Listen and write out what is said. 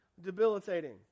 debilitating